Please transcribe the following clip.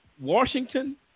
Washington